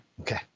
Okay